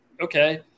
okay